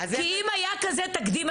כי אם היה כזה תקדים,